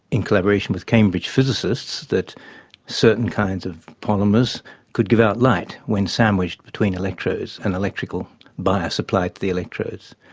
in collaboration with cambridge physicists, physicists, that certain kinds of polymers could give out light when sandwiched between electrodes, an electrical bias applied to the electrodes.